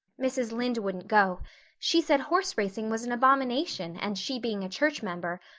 mrs. lynde wouldn't go she said horse racing was an abomination and, she being a church member,